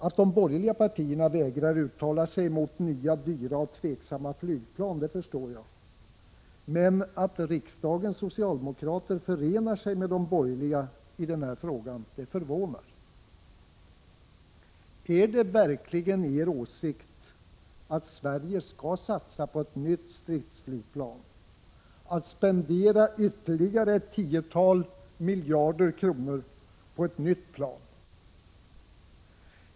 Att de borgerliga partierna vägrar uttala sig emot nya dyra och tvivelaktiga flygplan förstår jag, men att riksdagens socialdemokrater förenar sig med de borgerliga i denna fråga förvånar. Är det verkligen er åsikt att Sverige skall satsa på ett nytt stridsflygplan, att vi skall spendera ytterligare ett tiotal miljarder kronor på ett nytt plan?